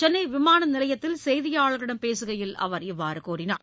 சென்னை விமான நிலையத்தில் செய்தியாளர்களிடம் பேசுகையில் அவர் இவ்வாறு கூறினார்